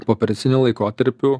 pooperaciniu laikotarpiu